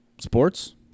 sports